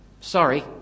sorry